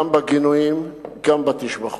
גם לגינויים, גם לתשבחות.